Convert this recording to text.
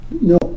No